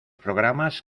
programas